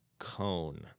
cone